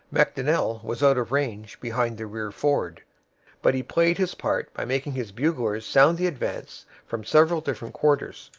macdonell was out of range behind the rear ford but he played his part by making his buglers sound the advance from several different quarters,